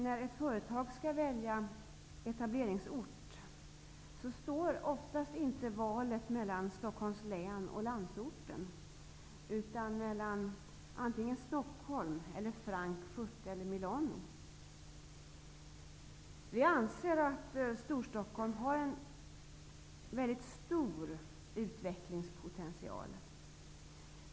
När ett företag skall välja etableringsort, står oftast inte valet mellan Stockholm och t.ex. Frankfurt eller Milano. Vi anser att Storstockholm har en mycket stor utvecklingspotential.